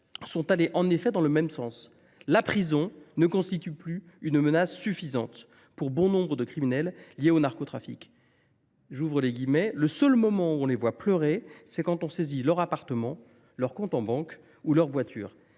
sont allés en effet dans le même sens : la prison ne constitue plus une menace suffisante pour bon nombre de criminels liés au narcotrafic. « Le seul moment où on les voit pleurer, c’est quand on saisit leur appartement, leur compte en banque ou leur voiture